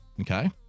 Okay